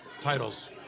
titles